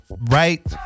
Right